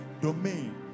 domain